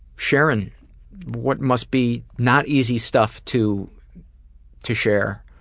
sharing what must be not easy stuff to to share,